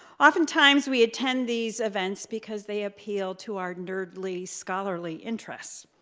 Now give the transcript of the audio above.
often times we attend these events because they appeal to our nerdly, scholarly interests.